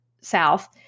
South